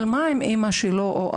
ומה אם מדובר בילד שאחד ההורים שלו חולה?